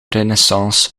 renaissance